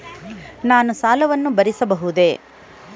ನಾನು ಸಾಲವನ್ನು ಭರಿಸಬಹುದೇ?